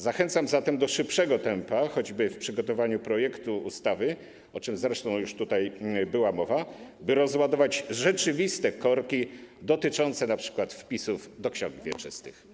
Zachęcam zatem do szybszego tempa choćby w przygotowaniu projektu ustawy, o czym zresztą była mowa, by rozładować rzeczywiste korki dotyczące np. wpisów do ksiąg wieczystych.